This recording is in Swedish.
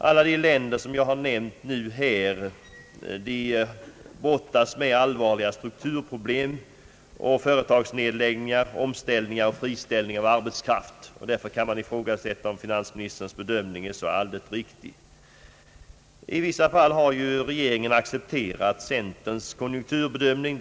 Alla de länder som jag här har nämnt brottas med allvarliga strukturproblem, företagsnedläggelser, omställning och friställning av arbetskraft. Därför kan man ifrågasätta om finansministerns bedömning är alldeles riktig. På vissa punkter har regeringen accepterat centerpartiets konjunkturbe dömning.